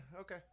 Okay